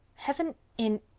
heaven in.